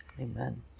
Amen